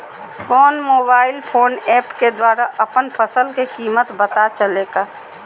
कौन mobile phone app के द्वारा अपन फसल के कीमत पता चलेगा?